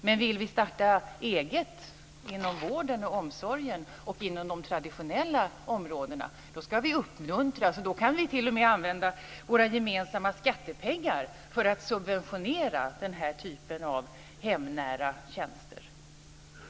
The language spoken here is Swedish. Men vill vi starta eget inom vården och omsorgen och inom de traditionella områdena, då ska vi uppmuntras. Då kan ni t.o.m. använda våra gemensamma skattepengar för att subventionera den här typen av hemnära tjänster.